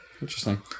Interesting